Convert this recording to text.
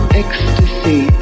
ecstasy